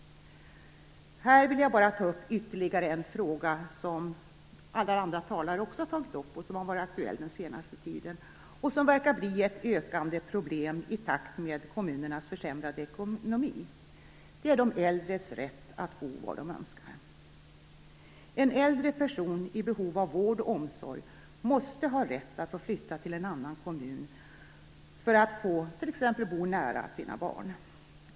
Här vill jag bara ta upp ytterligare en fråga som övriga talare också har tagit upp. Det är en fråga som har varit aktuell under den senaste tiden och som verkar bli ett ökande problem i takt med att kommunernas ekonomier försämras, nämligen de äldres rätt att bo var de önskar. En äldre person som är i behov av vård och omsorg måste ha rätt att flytta till en annan kommun för att t.ex. få möjlighet att bo nära sina barn.